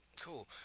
Cool